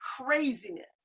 craziness